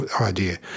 idea